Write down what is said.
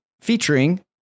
featuring